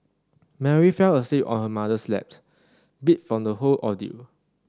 Mary fell asleep on her mother's lap beat from the whole ordeal